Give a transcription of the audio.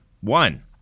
One